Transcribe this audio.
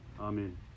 amen